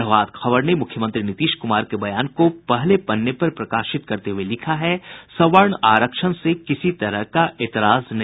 प्रभात खबर ने मुख्यमंत्री नीतीश कुमार के बयान को पहले पन्ने पर प्रकाशित करते हुये लिखा है सवर्ण आरक्षण से किसी तरह का एतराज नहीं